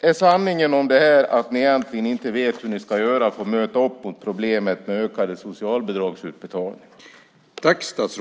Är sanningen om det här att ni egentligen inte vet hur ni ska göra för att möta problemen med ökade socialbidragsutbetalningar?